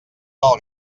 del